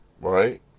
Right